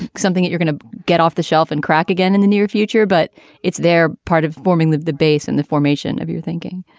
something. you're gonna get off the shelf and crack again in the near future. but it's there. part of forming the the base and the formation of your thinking